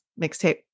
mixtape